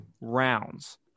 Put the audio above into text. rounds